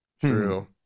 True